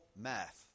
math